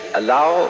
allow